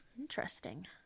Interesting